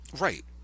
Right